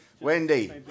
Wendy